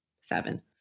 seven